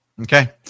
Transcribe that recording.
okay